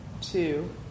two